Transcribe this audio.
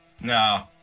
No